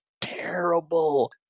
terrible